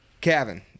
Kevin